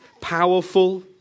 powerful